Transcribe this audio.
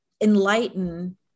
enlighten